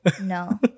No